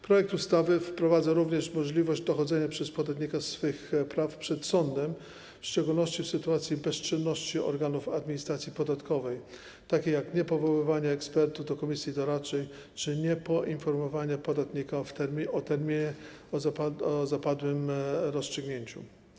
Projekt ustawy wprowadza również możliwość dochodzenia przez podatnika swych praw przed sądem, w szczególności w sytuacji bezczynności organów administracji podatkowej, np. w sytuacji niepowoływania ekspertów do komisji doradczej czy niepoinformowania podatnika w terminie o zapadłym rozstrzygnięciu.